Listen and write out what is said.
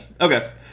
Okay